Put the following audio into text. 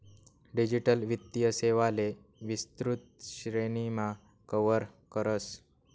digital वित्तीय सेवांले विस्तृत श्रेणीमा कव्हर करस